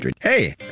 Hey